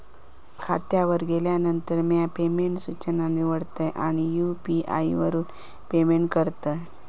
खात्यावर गेल्यानंतर, म्या पेमेंट सूचना निवडतय आणि यू.पी.आई वापरून पेमेंट करतय